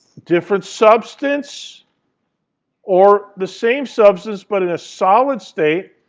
different substance or the same substance but in a solid state,